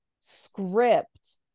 script